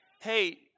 hey